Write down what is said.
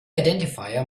identifier